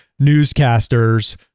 newscasters